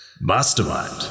Mastermind